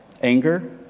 Anger